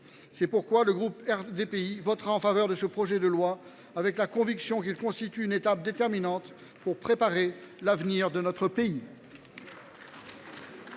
C’est pourquoi le groupe RDPI votera en faveur de ce projet de loi de finances, avec la conviction qu’il constitue une étape déterminante pour préparer l’avenir de notre pays.